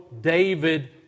David